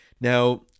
Now